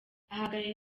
ahagarariye